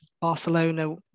Barcelona